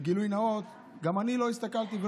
גילוי נאות: גם אני לא הסתכלתי,